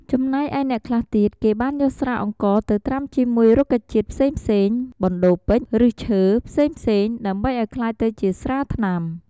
ចំណែកឯអ្នកខ្លះទៀតគេបានយកស្រាអង្ករទៅត្រាំជាមួយរុក្ខជាតិផ្សេងៗបណ្ដូរពេជ្រ ឫស្សឈើផ្សេងៗដើម្បីឲ្យក្លាយទៅជាស្រាថ្នាំ។